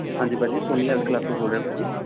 ਹਾਂਜੀ ਭਾਅ ਜੀ ਸੋਨੀ ਹੈਲਥ ਕਲੱਬ ਤੋਂ ਬੋਲ ਰਿਹਾ ਭਾਅ ਜੀ